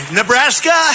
Nebraska